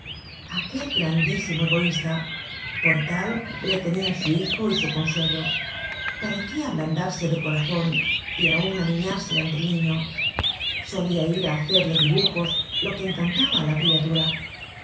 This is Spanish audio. aquel grandísimo egoístapor tal le tenían su hijo y su con suegroparecía ablandarse de corazón y aun aniñarse ante el niño solía ir a hacerle dibujos lo que encantaba a la criatura